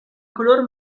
color